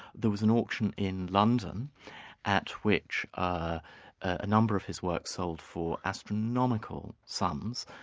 there was an auction in london at which ah a number of his works sold for astronomical sums,